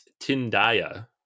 Tindaya